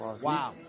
Wow